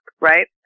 right